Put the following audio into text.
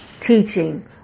teaching